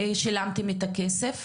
שילמתם את הכסף,